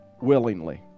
willingly